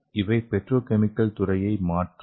இவை petrochemical துறையை மாற்றும்